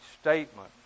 statement